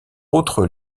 autres